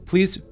Please